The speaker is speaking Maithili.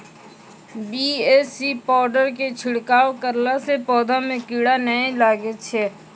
बी.ए.सी पाउडर के छिड़काव करला से पौधा मे कीड़ा नैय लागै छै?